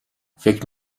فکر